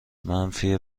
منفی